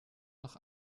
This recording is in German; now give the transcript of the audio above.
noch